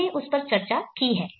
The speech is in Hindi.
हमने उस पर चर्चा की है